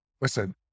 Listen